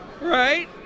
right